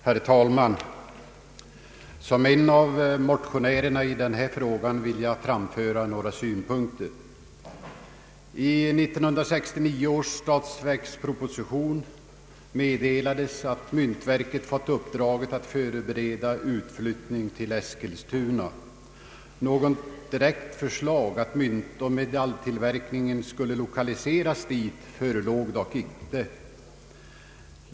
Herr talman! Som en av motionärerna i denna fråga vill jag framföra några synpunkter. I 1969 års statsverksproposition meddelades att myntverket fått uppdraget att förbereda avflyttning till Eskilstuna. Något direkt förslag att myntoch medaljtillverkningen skulle lokaliseras dit förelåg dock inte.